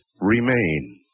remain